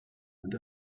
and